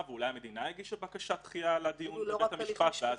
ואולי המדינה הגישה בקשת דחייה לדיון בבית המשפט?